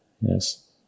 Yes